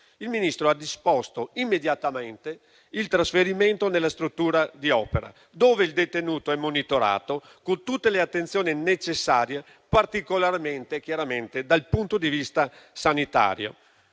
il Ministro ha disposto immediatamente il trasferimento nella struttura di Opera, dove il detenuto è monitorato con tutte le attenzioni necessarie, particolarmente dal punto di vista sanitario.